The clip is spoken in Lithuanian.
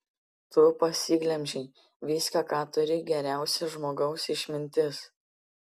tu pasiglemžei viską ką turi geriausio žmogaus išmintis